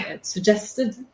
suggested